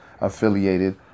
affiliated